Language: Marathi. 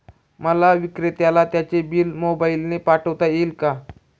मला विक्रेत्याला त्याचे बिल मोबाईलने पाठवता येईल का?